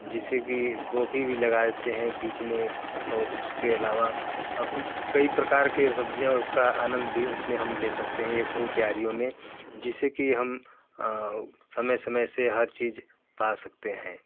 जिससे कि गोभी लगा देते हैं बीच में और उसके अलावा कई प्रकार की सब्ज़ियों का आनंद भी उस में हम ले सकते हैं एक ही क्यारियों में जिससे कि हम समय समय से हर चीज़ पा सकते हैं